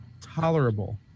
tolerable